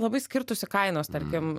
labai skirtųsi kainos tarkim